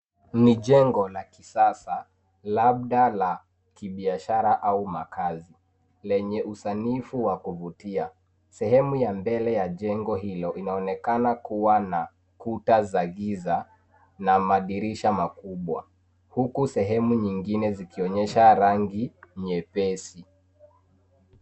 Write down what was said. Ni jengo la kisasa labda ya kibiashara au makazi lenye usanifu wa kuvutia. Sehemu ya mbele ya jengo hilo inaonekana kuwa na kuta za giza na madirisha makubwa uku sehemu zingine zikionyesha rangi nyepesi.